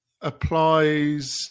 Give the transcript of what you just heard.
applies